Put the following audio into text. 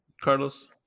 Carlos